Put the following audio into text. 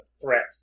Threat